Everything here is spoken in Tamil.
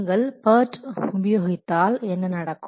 நீங்கள் PERT உபயோகித்தால் என்ன நடக்கும்